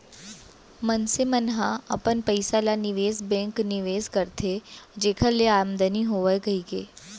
मनसे मन ह अपन पइसा ल निवेस बेंक निवेस करथे जेखर ले आमदानी होवय कहिके